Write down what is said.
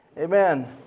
Amen